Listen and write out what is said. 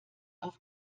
auf